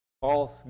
false